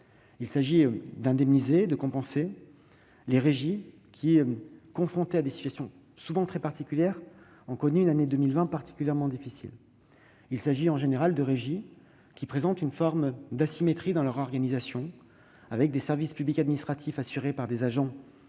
Il s'agit d'indemniser les régies, qui, confrontées à des situations souvent très particulières, ont connu une année 2020 extrêmement difficile. Il s'agit en général de régies présentant une forme d'asymétrie dans leur organisation, avec des services publics administratifs assurés par des agents